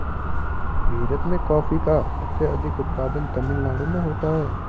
भीरत में कॉफी का सबसे अधिक उत्पादन तमिल नाडु में होता है